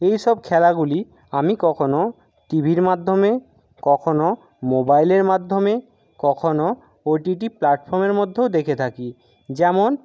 এইসব খেলাগুলি আমি কখনো টিভির মাধ্যমে কখনো মোবাইলের মাধ্যমে কখনো ও টি টি প্ল্যাটফর্মের মধ্যেও দেখে থাকি যেমন